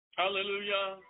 hallelujah